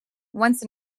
once